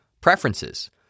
preferences